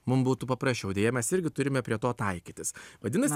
mum būtų paprasčiau deja mes irgi turime prie to taikytis vadinasi